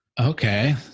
Okay